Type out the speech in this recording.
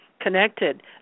connected